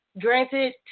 granted